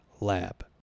Lab